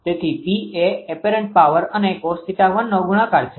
તેથી P એ apparent પાવરapparent powerસ્પષ્ટ પાવર અને cos𝜃1નો ગુણાકાર છે